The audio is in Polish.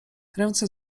ręce